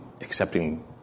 accepting